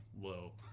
Low